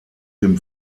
dem